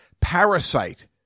Parasite